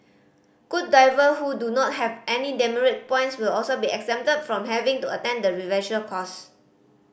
good diver who do not have any demerit points will also be exempted from having to attend the refresher course